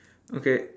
okay